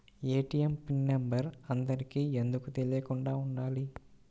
ATM pin number అందరికి ఎందుకు తెలియకుండా ఉండాలి?